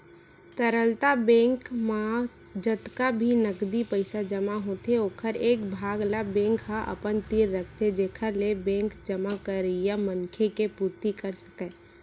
तरलता बेंक म जतका भी नगदी पइसा जमा होथे ओखर एक भाग ल बेंक ह अपन तीर रखथे जेखर ले बेंक जमा करइया मनखे के पुरती कर सकय